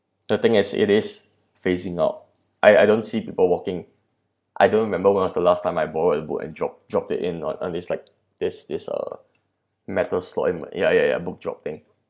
the thing is it is phasing out I I don't see people walking I don't remember when was the last time I bought a book and dropped dropped it in on on this like this this uh metal slot in ya ya ya book drop thing